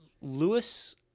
Lewis